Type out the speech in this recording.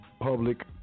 public